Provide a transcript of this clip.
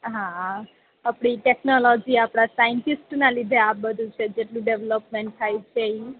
હા આપણી ટેકનોલોજી આપણા સાઈન્ટિસ્ટના લીધે આ બધું છે જેટલું ડેવલોપમેન્ટ થાય છે ઈ